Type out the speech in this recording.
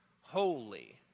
Holy